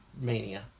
Mania